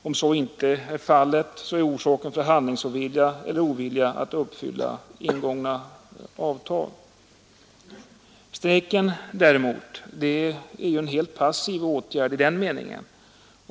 Om så inte är fallet är orsaken förhandlingsovilja eller ovilja att uppfylla ingångna avtal. Strejken däremot är ju en helt passiv åtgärd i den meningen.